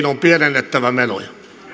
on pienennettävä menoja